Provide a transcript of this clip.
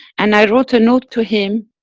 and i wrote a note to him.